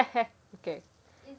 okay